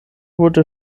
wurde